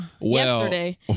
Yesterday